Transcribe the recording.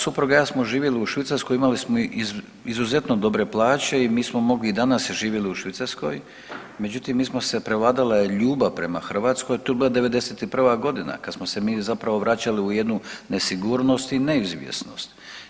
Supruga i ja smo živjeli u Švicarskoj, imali smo izuzetno dobre plaće i mi smo mogli i danas živili u Švicarskoj međutim mi smo se, prevladala je ljubav prema Hrvatskoj, tu je bila '91. godina kad smo se mi zapravo vraćali u jednu nesigurnost i neizvjesnost.